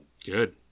Good